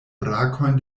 brakojn